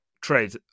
trade